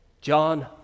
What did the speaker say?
John